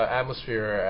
atmosphere